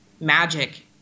magic